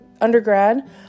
undergrad